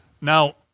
Now